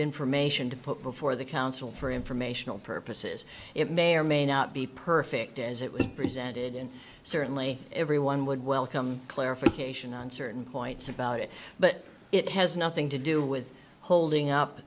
information to put before the council for informational purposes it may or may not be perfect as it was presented and certainly everyone would welcome clarification on certain points about it but it has nothing to do with holding up